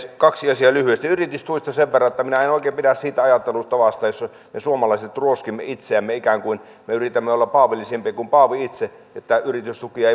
kaksi asiaa lyhyesti yritystuista sen verran että minä en oikein pidä siitä ajattelutavasta jossa me suomalaiset ruoskimme itseämme ikään kuin me yritämme olla paavillisempia kuin paavi itse että yritystukia